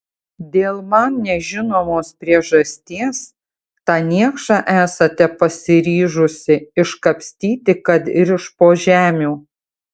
dėl man nežinomos priežasties tą niekšą esate pasiryžusi iškapstyti kad ir iš po žemių